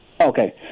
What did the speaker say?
okay